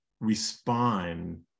respond